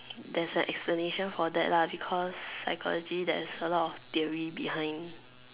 there's a explanation for that lah because psychology there's a lot of theory behind